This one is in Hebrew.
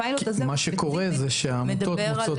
הפיילוט הזה --- מה שקורה זה שהעמותות מוצאות